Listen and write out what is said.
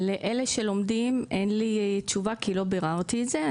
לאלה שלומדים אין לי תשובה כי לא ביררתי את זה,